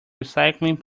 recycling